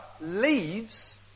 leaves